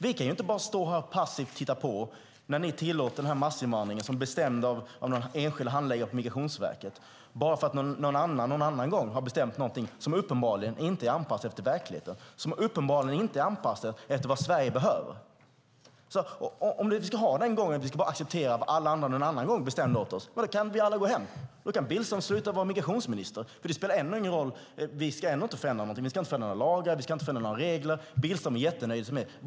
Vi kan inte bara stå här passivt och titta på när ni tillåter den massinvandring som är bestämd av enskilda handläggare på Migrationsverket, bara för att någon annan vid något tillfälle har bestämt någonting som uppenbarligen inte är anpassat efter verkligheten och vad Sverige behöver. Om vi bara ska acceptera vad andra någon gång bestämt åt oss, då kan vi alla gå hem. Då kan Billström sluta vara migrationsminister. Det spelar ändå ingen roll. Vi ska ändå inte förändra någonting. Vi ska inte förändra några lagar eller regler. Billström är jättenöjd.